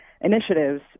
initiatives